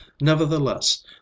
nevertheless